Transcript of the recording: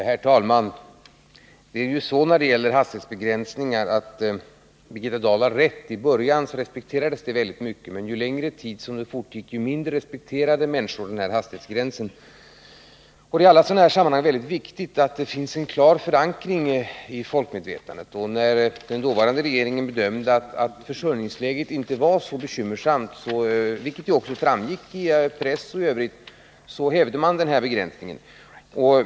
Herr talman! Birgitta Dahl har rätt i att hastighetsbegränsningen iakttogs väldigt bra i början, men ju längre tiden fortgick, desto mindre respekterade människor den. I alla sådana här sammanhang är det mycket viktigt att det finns en fast förankring i folkmedvetandet. När den dåvarande regeringen ansåg att försörjningsläget inte var så bekymmersamt, vilket också framgick i press osv., hävde den hastighetsbegränsningen.